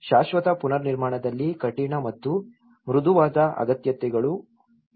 ಶಾಶ್ವತ ಪುನರ್ನಿರ್ಮಾಣದಲ್ಲಿ ಕಠಿಣ ಮತ್ತು ಮೃದುವಾದ ಅಗತ್ಯತೆಗಳೂ ಇವೆ